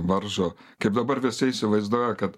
varžo kaip dabar visi įsivaizduoja kad